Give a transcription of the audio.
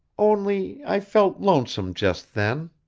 only i felt lonesome just then